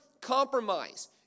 compromise